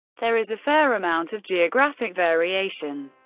there is a fair amount of geographic variation.